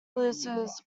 loses